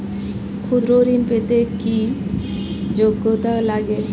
ক্ষুদ্র ঋণ পেতে কি যোগ্যতা লাগে?